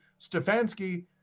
Stefanski